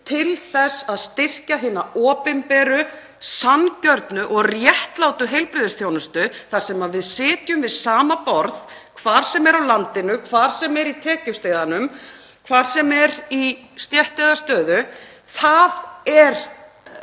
til þess að styrkja hina opinberu, sanngjörnu og réttlátu heilbrigðisþjónustu þar sem við sitjum við sama borð hvar sem er á landinu, hvar sem er í tekjustiganum og hvar sem er í stétt eða stöðu. Það er